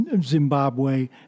Zimbabwe